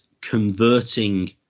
converting